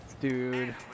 dude